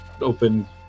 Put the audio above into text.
open